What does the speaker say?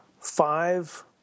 five